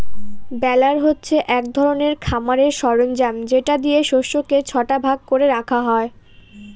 বেলার হচ্ছে এক ধরনের খামারের সরঞ্জাম যেটা দিয়ে শস্যকে ছটা ভাগ করে রাখা হয়